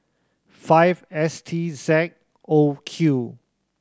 five S T Z O Q